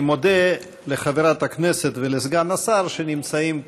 אני מודה לחברת הכנסת ולסגן השר שנמצאים,